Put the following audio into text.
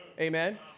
Amen